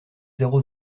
zéro